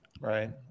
Right